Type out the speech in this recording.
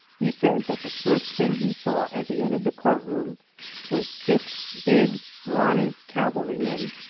he says that the first thing he saw as he entered the court room were six big, brawny cavalrymen,